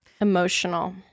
Emotional